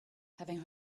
having